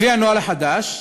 לפי הנוהל החדש,